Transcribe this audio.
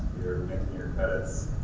making your credits,